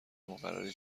مقرری